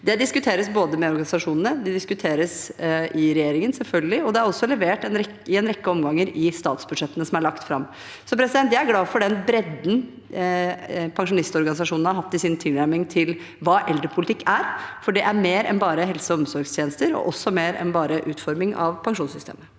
Det diskuteres med organisasjonene. Det diskuteres i regjeringen, selvfølgelig, og det er også levert i en rekke omganger i statsbudsjettene som er lagt fram. Så jeg er glad for den bredden pensjonistorganisasjonene har hatt i sin tilnærming til hva eldrepolitikk er, for det er mer enn bare helse- og omsorgstjenester og også mer enn bare utforming av pensjonssystemet.